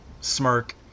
smirk